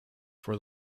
for